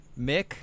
mick